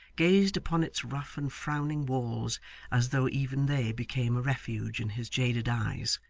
gazed upon its rough and frowning walls as though even they became a refuge in his jaded eyes.